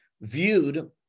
viewed